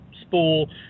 spool